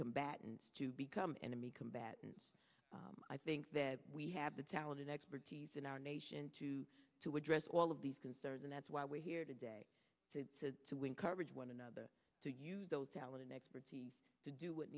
combatants to become enemy combatant i think that we have the talent and expertise in our nation to to address all of these concerns and that's why we're here today to to to win coverage one another to use those talent and expertise to do